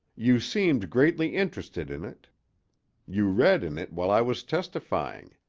you seemed greatly interested in it you read in it while i was testifying.